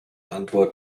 antwort